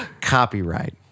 copyright